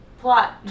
Plot